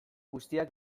guztiak